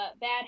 bad